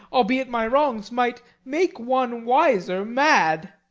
albeit my wrongs might make one wiser mad.